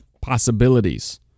possibilities